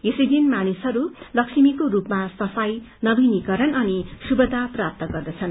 यसै दिन मानिसहरू लक्मीको स्पमा सुई नवीनीकरण अनि श्रुभता प्राप्त गर्दछन्